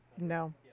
no